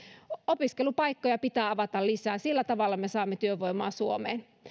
opiskelupaikkoja pitää avata lisää sillä tavalla me saamme työvoimaa suomeen